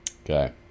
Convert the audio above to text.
Okay